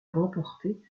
remportée